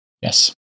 Yes